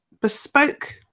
bespoke